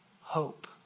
hope